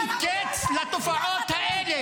אמר "מחבל" והזכיר שמות.